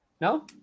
No